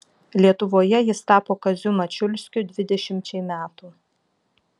lietuvoje jis tapo kaziu mačiulskiu dvidešimčiai metų